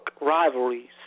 rivalries